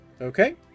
Okay